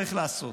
צריך לעשות,